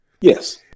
Yes